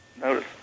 notice